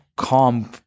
calm